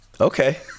okay